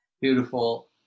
Beautiful